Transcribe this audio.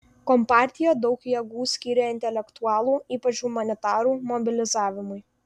kompartija daug jėgų skyrė intelektualų ypač humanitarų mobilizavimui